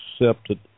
accepted